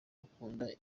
akunda